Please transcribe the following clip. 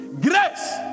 Grace